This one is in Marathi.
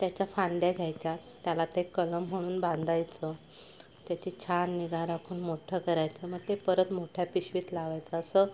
त्याच्या फांद्या घ्यायच्या त्याला ते कलम म्हणून बांधायचं त्याची छान निगा राखून मोठ्ठं करायचं मग ते परत मोठ्या पिशवीत लावायचं असं